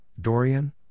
Dorian